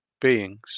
beings